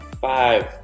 Five